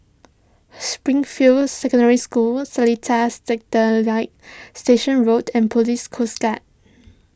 Springfield Secondary School Seletar Satellite Station Road and Police Coast Guard